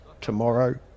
tomorrow